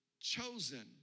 chosen